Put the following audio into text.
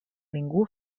ningú